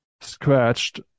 scratched